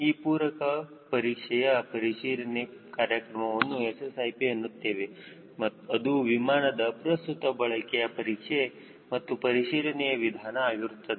ಈ ಪೂರಕ ಪರಿ ಪರಿಷೆ ಪರಿಶೀಲನೆ ಕಾರ್ಯಕ್ರಮವನ್ನು SSIP ಎನ್ನುತ್ತೇವೆ ಅದು ವಿಮಾನದ ಪ್ರಸ್ತುತ ಬಳಕೆಯ ಪರೀಕ್ಷೆ ಮತ್ತು ಪರಿಶೀಲನೆಯ ವಿಧಾನ ಆಗಿರುತ್ತದೆ